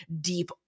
deep